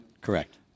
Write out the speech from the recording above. Correct